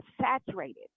saturated